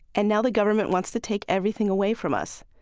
and now the government wants to take everything away from us.